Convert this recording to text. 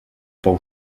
pou